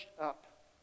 up